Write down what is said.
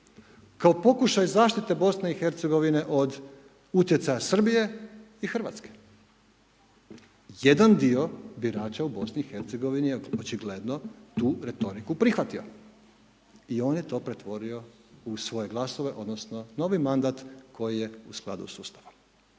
Kao pokušaj zaštite BiH od utjecaja Srbije i RH. Jedan dio bi rađe u BiH očigledno tu retoriku prihvatio i on je to pretvorio u svoje glasove odnosno novi mandat koji je u skladu sa Ustavom.